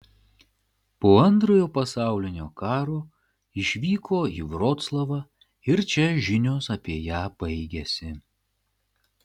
po antrojo pasaulinio karo išvyko į vroclavą ir čia žinios apie ją baigiasi